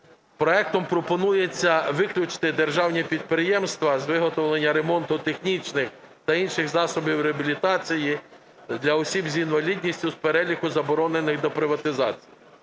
Проектом пропонується виключити державні підприємства з виготовлення ремонту технічних та інших засобів реабілітації для осіб з інвалідністю з переліку заборонених до приватизації.